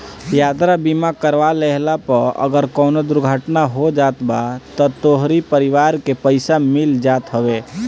यात्रा बीमा करवा लेहला पअ अगर कवनो दुर्घटना हो जात बा तअ तोहरी परिवार के पईसा मिल जात हवे